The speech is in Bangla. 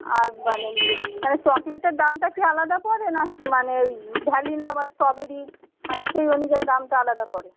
আর মানে মানে চকলেটের দামটা কি আলাদা পড়ে না মানে ওই ভ্যানিলা বা স্ট্রবেরি মানে সেই অনুযায়ী দামটা আলাদা পড়ে